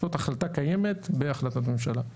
זאת החלטה קיימת בהחלטת ממשלה.